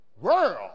world